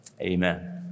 Amen